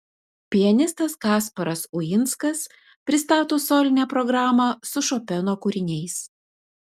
pianistas kasparas uinskas pristato solinę programą su šopeno kūriniais